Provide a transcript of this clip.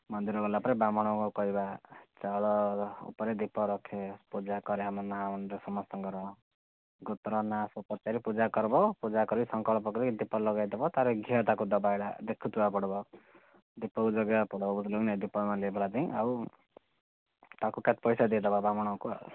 ମନ୍ଦିର ଗଲା ପରେ ବ୍ରାହ୍ମଣକୁ କହିବା ଚାଉଳ ଉପରେ ଦୀପ ରଖେ ପୂଜା କରେ ଆମ ନାଁ ସମସ୍ତଙ୍କର ଗୋତ୍ର ନାଁ ପଚାରି ପୂଜା କରିବ ପୂଜା କରିକି ସଂକଳ୍ପ କରି ଦୀପ ଲଗେଇଦେବ ତାପରେ ଘିଅ ତାକୁ ଦେବା ଦେଖୁଥିବାକୁ ପଡ଼ିବ ଦୀପକୁ ଜଗିବାକୁ ପଡ଼ିବ ବୁଝିଲୁକି ନାହିଁ ଦୀପ ଆଉ ତାକୁ କେତେ ପଇସା ଦେଇଦେବା ବ୍ରାହ୍ମଣକୁ ଆଉ